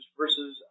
versus